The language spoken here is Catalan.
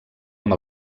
amb